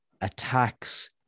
attacks